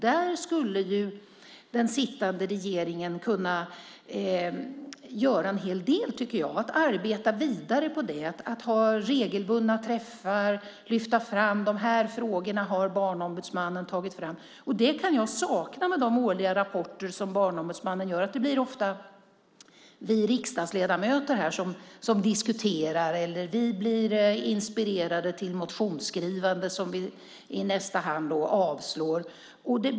Där skulle den sittande regeringen kunna göra en hel del, nämligen arbeta vidare, ha regelbundna träffar, lyfta fram frågor som Barnombudsmannen har tagit upp. Det kan jag sakna i de årliga rapporter som Barnombudsmannen lägger fram. Det blir ofta vi riksdagsledamöter som diskuterar. Vi blir inspirerade till motionsskrivande - motioner som vi i nästa led avslår.